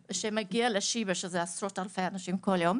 שמגיע לשיבא (ומגיעים עשרות אלפי אנשים כל יום,